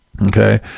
okay